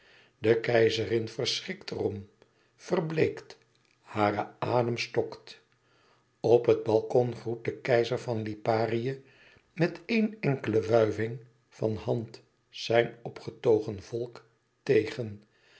de keizerin verschrikt er om verbleekt hare adem stokt op het balkon groet de keizer van liparië met éene enkele wuiving van hand zijn opgetogen volk tegen